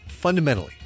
Fundamentally